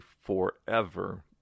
forever